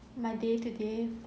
my day today